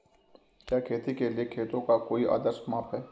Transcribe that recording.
क्या खेती के लिए खेतों का कोई आदर्श माप है?